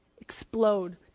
explode